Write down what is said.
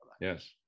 Yes